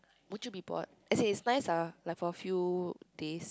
would you be bored as in it's nice lah like for a few days